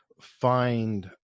find